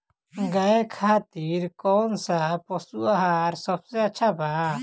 गाय खातिर कउन सा पशु आहार सबसे अच्छा बा?